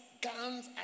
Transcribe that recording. guns